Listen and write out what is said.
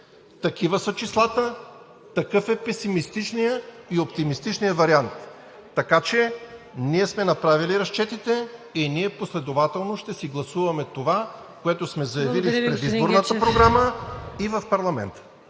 Такива са числата, такива са песимистичният и оптимистичният вариант. Така че ние сме направили разчетите и последователно ще си гласуваме това, което сме заявили в предизборната програма и в парламента.